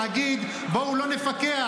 להגיד: בואו לא נפקח,